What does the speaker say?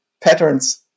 patterns